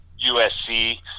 USC